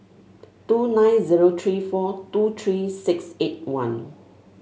two nine zero three four two three six eight one